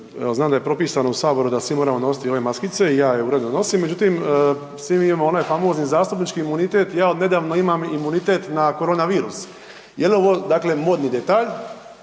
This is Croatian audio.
znam da je propisano u saboru da svi moramo nositi ove maskice i ja je uredno nosim, međutim svi mi imamo onaj famozni zastupnički imunitet ja od nedavno imam imunitet na korona virus. Je li ovo dakle modni detalj